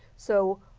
so,